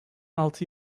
altı